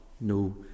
no